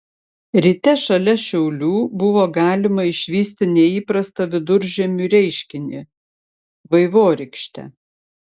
ryte šalia šiaulių buvo galima išvysti neįprastą viduržiemiui reiškinį vaivorykštę